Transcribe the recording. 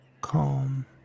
calm